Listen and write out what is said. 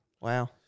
Wow